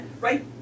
right